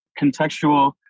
contextual